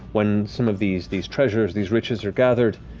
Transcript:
when some of these these treasures, these riches are gathered,